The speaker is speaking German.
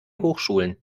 hochschulen